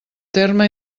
terme